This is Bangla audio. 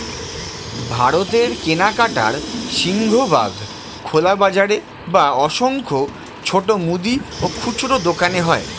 ভারতে কেনাকাটার সিংহভাগ খোলা বাজারে বা অসংখ্য ছোট মুদি ও খুচরো দোকানে হয়